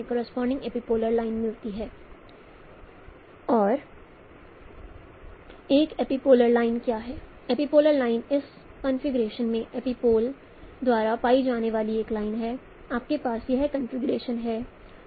तो ये एपिपोल हैं यह माना जाता है कि ये इंटरसेक्टिंग पॉइंट हैं